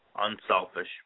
unselfish